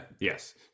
yes